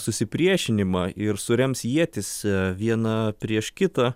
susipriešinimą ir surems ietis viena prieš kitą